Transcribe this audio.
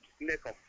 Nickel